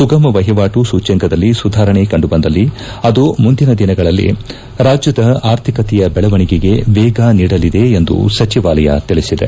ಸುಗಮ ವಟವಾಟು ಸೂಚ್ಚಂಕದಲ್ಲಿ ಸುಧಾರಣೆ ಕಂಡುಬಂದಲ್ಲಿ ಅದು ಮುಂದಿನ ದಿನಗಳಲ್ಲಿ ರಾಜ್ಯದ ಆರ್ಥಿಕತೆಯ ದೆಳವಣಿಗೆಗೆ ವೇಗ ನೀಡಲಿದೆ ಎಂದು ಸಚಿವಾಲಯ ತಿಳಿಸಿದೆ